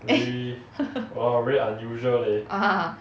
eh ah